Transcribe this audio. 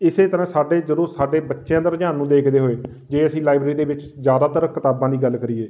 ਇਸੇ ਤਰ੍ਹਾਂ ਸਾਡੇ ਜਦੋਂ ਸਾਡੇ ਬੱਚਿਆਂ ਦਾ ਰੁਝਾਨ ਨੂੰ ਦੇਖਦੇ ਹੋਏ ਜੇ ਅਸੀਂ ਲਾਈਬ੍ਰੇਰੀ ਦੇ ਵਿੱਚ ਜ਼ਿਆਦਾਤਰ ਕਿਤਾਬਾਂ ਦੀ ਗੱਲ ਕਰੀਏ